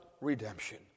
redemption